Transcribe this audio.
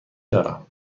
دارم